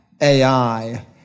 AI